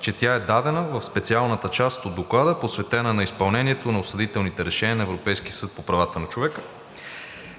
че тя е дадена в специалната част от Доклада, посветена на изпълнението на осъдителните решения на Европейския съд по правата на човека.